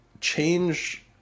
change